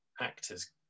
actors